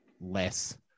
less